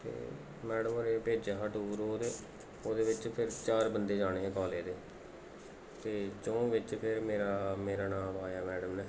ते मैडम होरें गै भेजेआ हा टूर ओह् ते ओह्दे बिच चार बंदे जाने हे कालज दे ते च'ऊं च मेरा नांऽ पाया मैडम ने